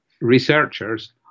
researchers